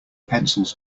pencils